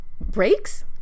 breaks